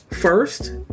first